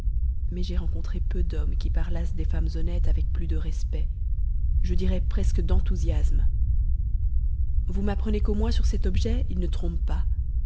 mais j'ai rencontré peu d'hommes qui parlassent des femmes honnêtes avec plus de respect je dirais presque d'enthousiasme vous m'apprenez qu'au moins sur cet objet il ne trompe pas